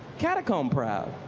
catacomb proud.